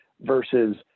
versus